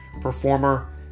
performer